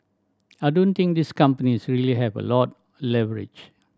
I don't think these companies really have a lot leverage